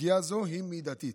פגיעה זו היא מידתית.